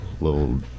little